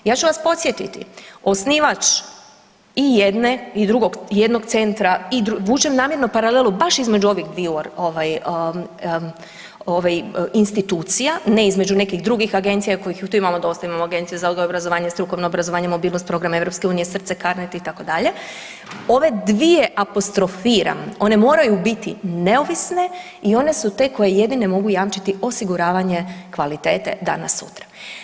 Ja ću vas podsjetiti, osnivač i jedne i drugog jednog centra, vučem namjerno paralelu baš između ovih dviju ovaj, ovaj institucija, ne između nekih drugih agencija kojih tu imamo dosta, imamo Agencije za odgoj i obrazovanje, strukovno obrazovanje, mobilnost programa EU, srce karnet itd., ove dvije apostrofiram, one moraju biti neovisne i one su te koje jedine mogu jamčiti osiguravanje kvalitete danas sutra.